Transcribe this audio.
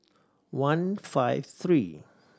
one five three